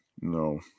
no